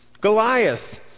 Goliath